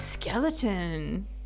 Skeleton